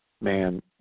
man